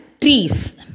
trees